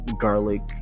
garlic